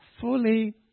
fully